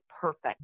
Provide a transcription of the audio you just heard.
perfect